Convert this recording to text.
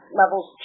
levels